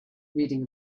reading